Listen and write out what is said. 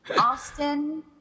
Austin